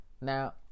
Now